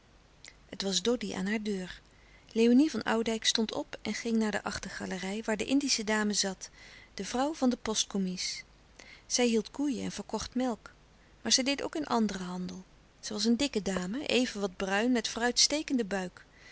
het was doddy aan haar deur léonie van oudijck stond op en ging naar de achtergalerij waar de indische dame zat de vrouw van den louis couperus de stille kracht postkommies zij hield koeien en verkocht melk maar zij deed ook in anderen handel zij was een dikke dame even wat bruin met vooruitstekenden buik